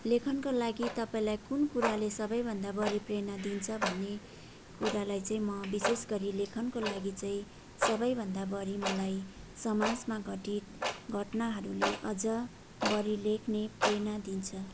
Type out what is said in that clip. लेखनका लागि तपाईँलाई कुन कुराले सबैभन्दा बढी प्रेरणा दिन्छ भन्ने कुरालाई चाहिँ म विशेष गरी लेखनको लागि चाहिँ सबैभन्दा बढी मलाई समाजमा घटित घटनाहरूले अझ बढी लेख्ने प्रेरणा दिन्छ